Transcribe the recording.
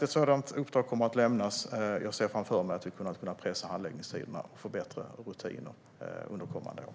Ett sådant uppdrag kommer alltså att lämnas, och jag ser framför mig att vi kommer att kunna pressa handläggningstiderna och få bättre rutiner under kommande år.